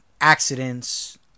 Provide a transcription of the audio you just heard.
accidents